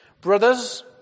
Brothers